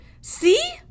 see